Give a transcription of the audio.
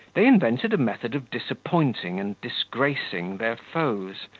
they invented a method of disappointing and disgracing their foes,